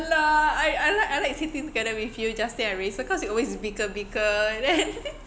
I I like I like sitting together with you justin and rayson cause we always bicker bicker then